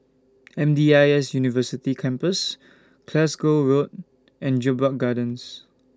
M D I S University Campus Glasgow Road and Jedburgh Gardens